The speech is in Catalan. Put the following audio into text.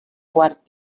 quart